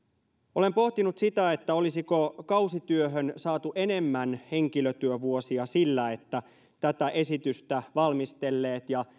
olen pohtinut sitä olisiko kausityöhön saatu enemmän henkilötyövuosia sillä että tätä esitystä valmistelleet ja